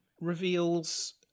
reveals